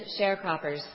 sharecroppers